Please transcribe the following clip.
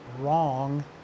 wrong